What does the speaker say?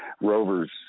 rover's